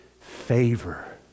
favor